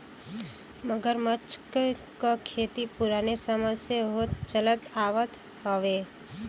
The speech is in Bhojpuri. मगरमच्छ क खेती पुराने समय से होत चलत आवत हउवे